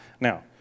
Now